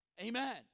Amen